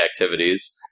activities